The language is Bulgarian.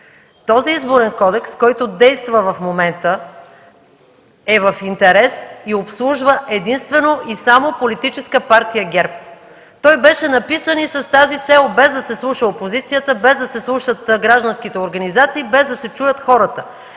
Изборният кодекс, който действа в момента, е в интерес и обслужва единствено и само Политическа партия ГЕРБ. Той беше написан и с тази цел, без да се слуша опозицията, гражданските организации, без да се чуят хората.